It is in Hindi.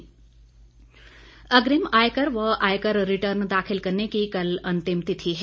आयकर अग्रिम आयकर व आयकर रिटर्न दाखिल करने की कल अंतिम तिथि है